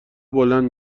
بلند